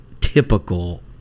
typical